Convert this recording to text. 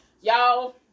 Y'all